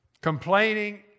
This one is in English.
complaining